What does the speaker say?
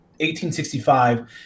1865